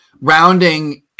rounding